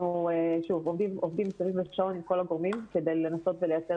אנחנו עובדים מסביב לשעון עם כל הגורמים כדי לנסות ולייצר